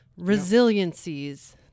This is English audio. resiliencies